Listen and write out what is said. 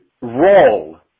role